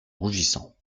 rougissant